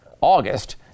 August